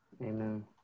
Amen